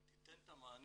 היא תיתן את המענה